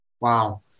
Wow